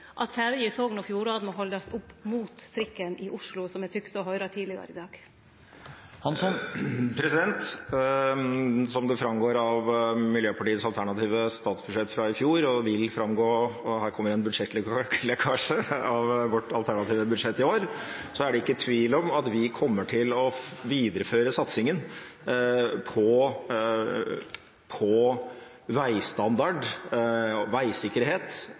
at ferja i Sogn og Fjordane må haldast opp mot trikken i Oslo, som eg tykte å høyre tidlegare i dag. Som det framgår av Miljøpartiet De Grønnes alternative statsbudsjett fra i fjor og vil framgå av vårt alternative budsjett i år – her kommer det en budsjettlekkasje – er det ikke tvil om at vi kommer til å videreføre satsingen på